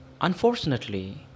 Unfortunately